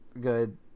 good